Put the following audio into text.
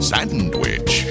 Sandwich